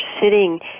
sitting